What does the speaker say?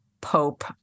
Pope